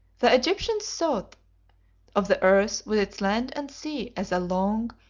the egyptians thought of the earth with its land and sea as a long,